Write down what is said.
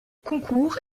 concours